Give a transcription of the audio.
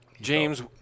James